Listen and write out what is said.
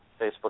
Facebook